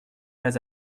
pas